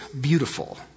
beautiful